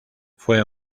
fue